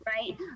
right